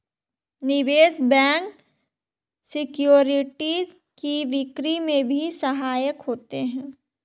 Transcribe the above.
निवेश bank securities की बिक्री में भी सहायक होते हैं